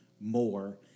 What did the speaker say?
more